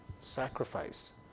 sacrifice